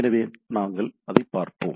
எனவே நாங்கள் அதைப் பார்ப்போம்